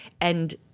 and-